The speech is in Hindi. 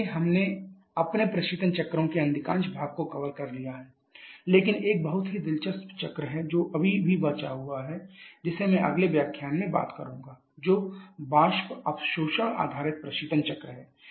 इसलिए हमने अपने प्रशीतन चक्रों के अधिकांश भाग को कवर कर लिया है लेकिन एक बहुत ही दिलचस्प चक्र है जो अभी भी बचा हुआ है जिसे मैं अगले व्याख्यान में बात करूंगा जो वाष्प अवशोषण आधारित प्रशीतन चक्र है